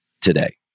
today